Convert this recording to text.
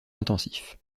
intensif